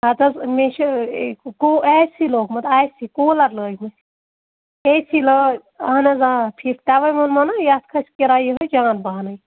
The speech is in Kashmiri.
حتہ حظ مےٚ چھِ اے سی لوگمُت آیۍ سی کوٗلَر لٲگمٕتۍ اے سی لٲ اہن حظ آ ٹھیٖک تَوَے ووٚنمو نہ یَتھ کھسہِ کِراے یِہٕے جان پَہنٕے